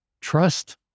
Trust